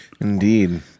Indeed